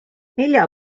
nelja